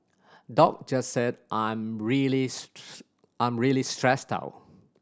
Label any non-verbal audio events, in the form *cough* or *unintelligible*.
doc just said I'm really *unintelligible* I'm really stressed out